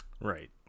Right